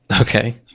Okay